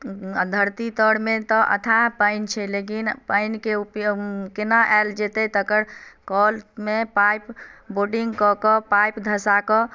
धरती तर मे तऽ अथाह पानि छै लेकिन पानि के उपयोग केना आयल जेतै तकर कल मे पाइप बोरिंग के पाइप धँसा के